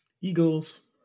Eagles